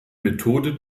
methode